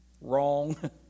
Wrong